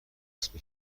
حسب